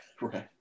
Right